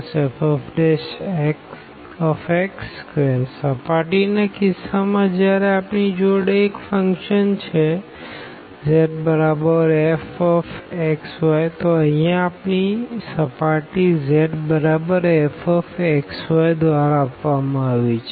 surface ના કિસ્સા માં જયારે આપણી જોડે એક ફંક્શન છે z fx yતો અહિયાં આપણી સર્ફેસ z fx y દ્વારા આપવામાં આવી છે